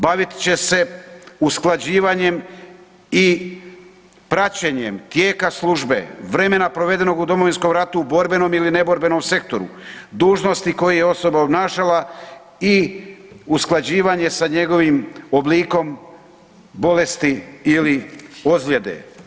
Bavit će se usklađivanjem i praćenjem tijeka službe, vremena provedenog u Domovinskom ratu, borbenom ili neborbenom sektoru, dužnosti koje je osoba obnašala i usklađivanje sa njegovim oblikom bolesti ili ozljede.